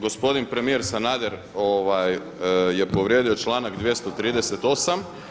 Gospodin premijer Sanader je povrijedio članak 238.